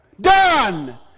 Done